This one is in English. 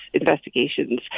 investigations